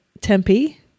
Tempe